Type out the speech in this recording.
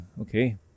okay